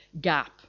gap